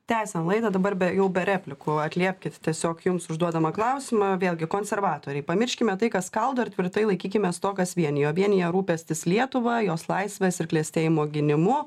tęsiam laidą dabar be jau be replikų atliepkit tiesiog jums užduodamą klausimą vėlgi konservatoriai pamirškime tai kas skaldo ir tvirtai laikykimės to kas vienija o vienija rūpestis lietuva jos laisvės ir klestėjimo gynimu